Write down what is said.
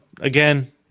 again